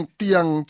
tiang